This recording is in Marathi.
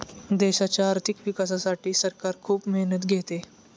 देशाच्या आर्थिक विकासासाठी सरकार खूप मेहनत घेते